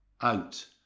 out